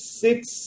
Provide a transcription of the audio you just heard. six